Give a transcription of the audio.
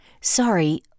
Sorry